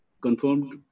confirmed